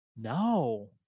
No